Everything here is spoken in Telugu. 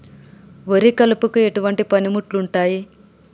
వరి కలుపుకు ఎటువంటి పనిముట్లు ఉంటాయి?